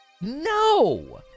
no